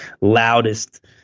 loudest